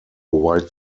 white